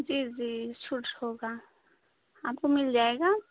जी जी छूट होगा आपको मिल जाएगा